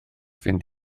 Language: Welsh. fynd